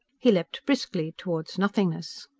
he leaped briskly toward nothingness.